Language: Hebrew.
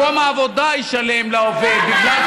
מקום העבודה ישלם לעובד, למה?